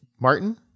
Martin